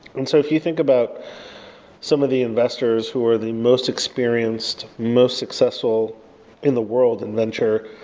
and so if you think about some of the investors who are the most experienced, most successful in the world in venture,